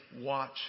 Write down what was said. watch